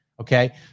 Okay